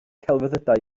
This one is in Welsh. celfyddydau